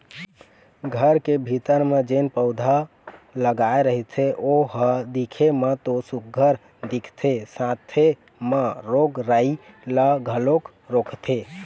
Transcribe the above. घर के भीतरी म जेन पउधा लगाय रहिथे ओ ह दिखे म तो सुग्घर दिखथे साथे म रोग राई ल घलोक रोकथे